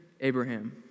Abraham